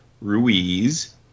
ruiz